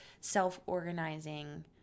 self-organizing